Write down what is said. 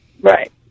Right